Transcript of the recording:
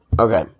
Okay